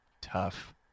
tough